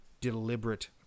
deliberate